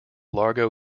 largo